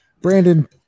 Brandon